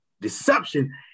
deception